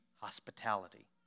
hospitality